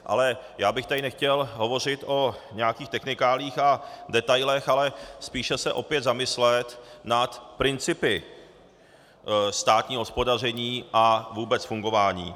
Ale já bych tady nechtěl hovořit o nějakých technikáliích a detailech, ale spíše se opět zamyslet nad principy státního hospodaření a vůbec fungování.